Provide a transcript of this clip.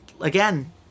again